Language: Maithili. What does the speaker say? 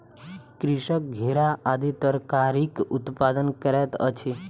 कृषक घेरा आदि तरकारीक उत्पादन करैत अछि